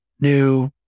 new